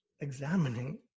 examining